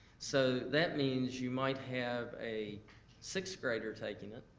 so that means you might have a sixth grader taking it,